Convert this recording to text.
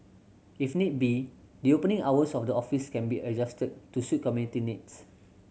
if need be the opening hours of the offices can be adjusted to suit community needs